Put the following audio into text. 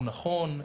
הוא נכון,